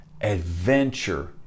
adventure